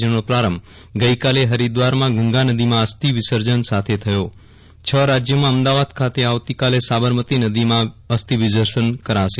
જેનો પ્રારંભ ગઈકાલે હરિદ્વારમાં ગંગા નદીમાં અસ્થિ વિસર્જન સાથે થયો છ રાજ્યમાં અમદાવાદ ખાતે આવતીકાલે સાબરમતી નદીમાં અસ્થિ વિસર્જન કરાશે